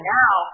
now